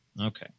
okay